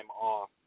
off